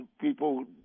people